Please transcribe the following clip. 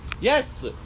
Yes